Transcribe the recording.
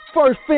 First